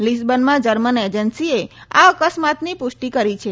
લિસ્બનમાં German એજન્સીએ આ અકસ્માતની પુષ્ટી કરી છે